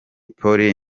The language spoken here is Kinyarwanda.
polly